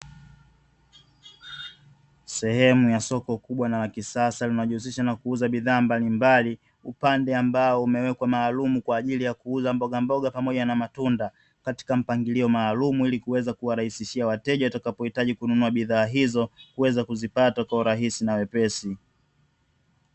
Sehemu ya soko kubwa na la kisasa linaojihusisha na kuuza bidhaa mbalimbali, upande ambao umewekwa maalumu kwa ajili ya kuuza mbogamboga pamoja na matunda katika mpangilio maalumu, ili kuweza kuwarahisishia wateja watakapohitaji kununua bidhaa hizo, kuweza kuzipata kwa urahisi na wepesi.